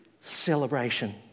celebration